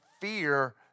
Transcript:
fear